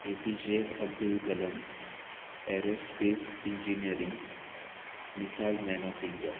A P J Abdul Kalam aerospace engineering missile man of India